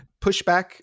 pushback